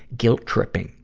guilt-tripping,